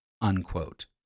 unquote